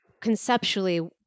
conceptually